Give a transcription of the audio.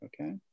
Okay